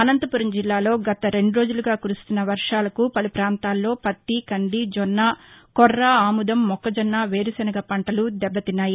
అనంతపురం జిల్లాలో గత రెండు రోజులుగా కురుస్తున్న వర్షాలకు పలు ప్రాంతాల్లో పత్తి కంది జొన్న కొర్ర ఆముదం మొక్కజొన్న వేరుశనగ పంటలు దెబ్బతిన్నాయి